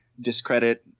discredit